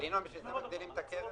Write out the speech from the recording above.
אבל ינון, בשביל זה מגדילים את הקרן.